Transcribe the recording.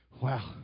Wow